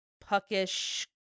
puckish